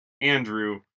Andrew